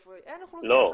היכן אין אוכלוסייה חרדית.